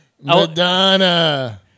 Madonna